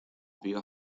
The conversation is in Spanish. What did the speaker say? viva